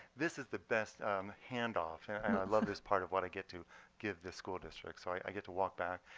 this is the best handoff. and i love this part of what i get to give the school districts. so i get to walk back,